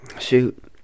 shoot